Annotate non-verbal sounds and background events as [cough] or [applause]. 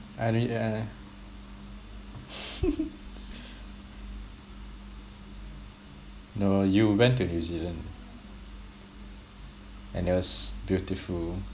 any uh [laughs] no you went to new zealand and it was beautiful